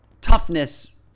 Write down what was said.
toughness